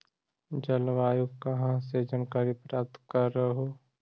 जलवायु कहा से जानकारी प्राप्त करहू?